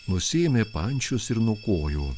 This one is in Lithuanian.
nusiėmė pančius ir nuo kojų